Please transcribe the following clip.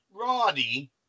Roddy